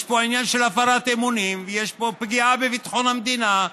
יש פה עניין של הפרת אמונים ויש פה פגיעה בביטחון המדינה.